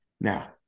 Now